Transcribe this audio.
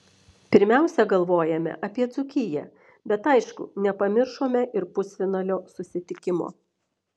pirmiausia galvojome apie dzūkiją bet aišku nepamiršome ir pusfinalio susitikimo